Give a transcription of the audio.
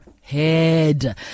head